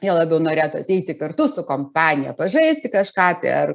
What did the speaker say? jie labiau norėtų ateiti kartu su kompanija pažaisti kažką tai ar